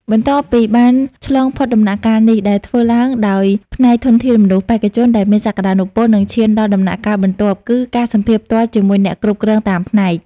បន្ទាប់ពីបានឆ្លងផុតដំណាក់កាលនេះ ដែលធ្វើឡើងដោយផ្នែកធនធានមនុស្ស បេក្ខជនដែលមានសក្តានុពលនឹងឈានដល់ដំណាក់កាលបន្ទាប់គឺ ការសម្ភាសន៍ផ្ទាល់ជាមួយអ្នកគ្រប់គ្រងតាមផ្នែក។